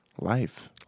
Life